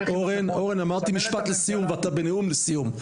אמרתי משפט לסיום ואתה בנאום לסיום,